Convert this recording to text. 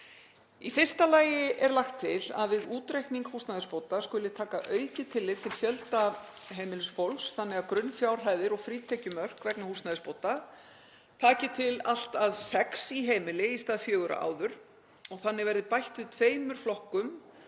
Í fyrsta lagi er lagt til að við útreikning húsnæðisbóta skuli taka aukið tillit til fjölda heimilisfólks þannig að grunnfjárhæðir og frítekjumörk vegna húsnæðisbóta taki til allt að sex í heimili í stað fjögurra áður og þannig verði bætt við tveimur flokkum